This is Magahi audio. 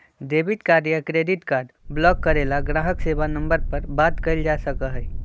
डेबिट कार्ड या क्रेडिट कार्ड ब्लॉक करे ला ग्राहक सेवा नंबर पर बात कइल जा सका हई